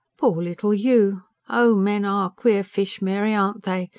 poor little you oh! men are queer fish, mary, aren't they?